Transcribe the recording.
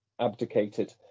abdicated